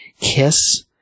Kiss